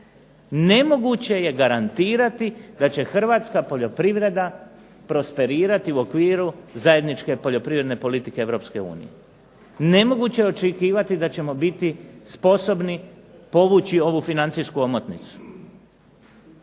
nemoguće je garantirati da će hrvatska poljoprivreda prosperirati u okviru zajedničke poljoprivredne politike Europske unije. Nemoguće je očekivati da ćemo biti sposobni povući ovu financijsku omotnicu.